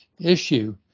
issue